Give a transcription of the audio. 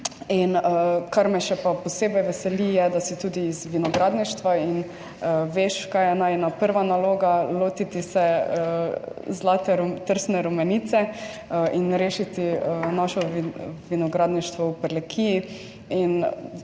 kar me še posebej veseli, je, da si tudi iz vinogradništva. In veš, kaj je najina prva naloga. Lotiti se zlate trsne rumenice in rešiti našo vinogradništvo v Prlekiji.